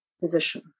position